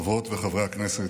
חברות וחברי הכנסת,